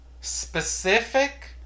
specific